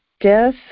death